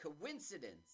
coincidence